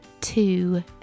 two